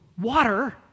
water